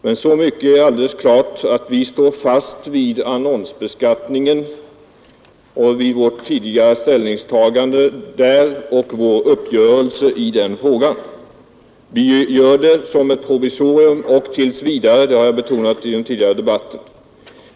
Men så mycket är alldeles klart att vi står fast vid annonsbeskattningen och vid vårt tidigare ställningstagande och vår uppgörelse i den frågan. Vi gör det som ett provisorium och tills vidare, det har jag betonat tidigare.